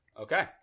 Okay